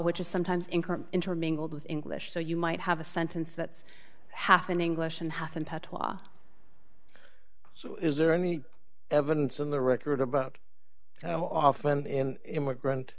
which is sometimes in current intermingled with english so you might have a sentence that's half in english in half and so is there any evidence in the record about how often in immigrant